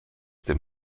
dem